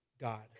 God